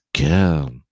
Girl